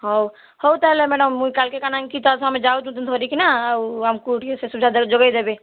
ହଉ ହଉ ତା'ହାଲେ ମ୍ୟାଡ଼ମ୍ ମୁଇଁ କାଲିକି କାଣା କି ତାକୁ ଆମେ ଯାଉଛୁଁ ଧରିକିନା ଆଉ ଆମ୍କୁ ଟିକେ ସେ ସୁବିଧା ଯୋଗେଇ ଦେବେ